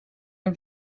een